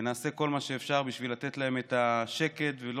ונעשה כל מה שאפשר בשביל לתת להם את השקט ולא